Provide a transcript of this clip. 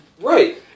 Right